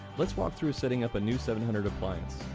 let's walk through setting up a new seven hundred appliance.